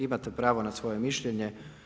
Imate pravo na svoje mišljenje.